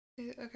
Okay